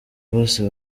bose